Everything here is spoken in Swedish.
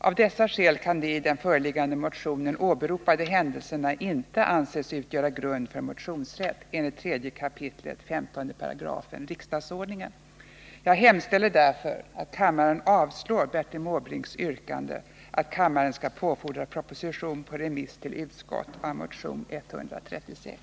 Av dessa skäl kan de i den föreliggande motionen åberopade händelserna inte anses utgöra grund för motionsrätt enligt 3 kap. 15 § riksdagsordningen. Jag hemställer därför att kammaren avslår Bertil Måbrinks yrkande att kammaren skall påfordra proposition på remiss till utskott av motion 136.